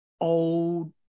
old